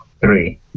three